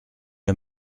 les